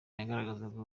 yagaragazaga